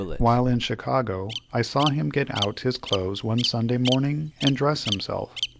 while in chicago, i saw him get out his clothes one sunday morning and dress himself,